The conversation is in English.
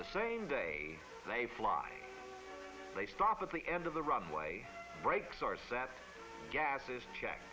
the same day they fly they stop at the end of the runway brakes are set gases to check